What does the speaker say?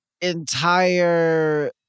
entire